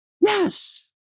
Yes